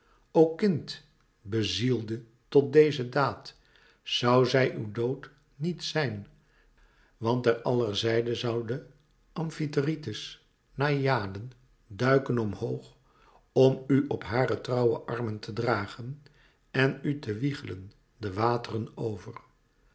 o kind bezielde tot deze daad zoû zij uw dood niet zijn want ter aller zijde zouden amfitrite's naïaden duiken omhoog om u op hare trouwe armen te dragen en u te wiegelen de wateren over